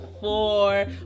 four